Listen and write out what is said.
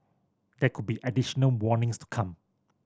there could be additional warnings to come